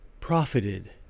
profited